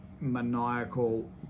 maniacal